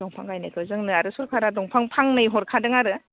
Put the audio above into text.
दंफां गायनायखौ जोंनो आरो सरखारा दंफां फांनै हरखादों आरो